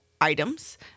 items